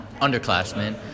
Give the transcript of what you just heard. underclassmen